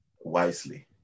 wisely